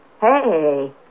Hey